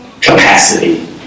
capacity